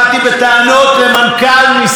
התשובה של פילבר הייתה,